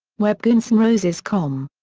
web gunsnroses com.